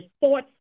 thoughts